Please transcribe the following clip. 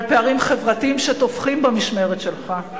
על פערים חברתיים, שתופחים במשמרת שלך.